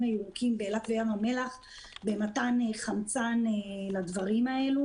הירוקים באילת וים המלח ומתן חמצן לדברים האלה.